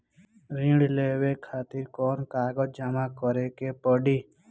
ऋण लेवे खातिर कौन कागज जमा करे के पड़ी?